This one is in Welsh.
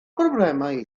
broblemau